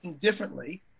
differently